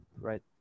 right